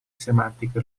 semantica